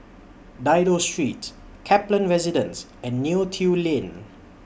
Dido Street Kaplan Residence and Neo Tiew Lane